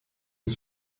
des